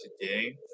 today